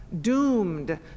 doomed